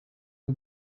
bwe